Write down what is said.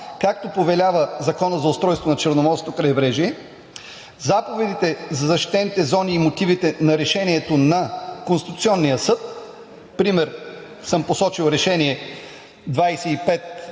както повелява Законът за устройство на Черноморското крайбрежие, заповедите за защитените зони и мотивите на Решението на Конституционния съд? Посочил съм пример – Решение №